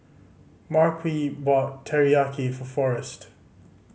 Marquise bought Teriyaki for Forest